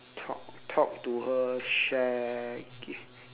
talk talk to her share give